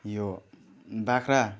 यो बाख्रा